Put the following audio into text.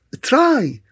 Try